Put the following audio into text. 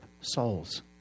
Souls